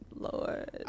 lord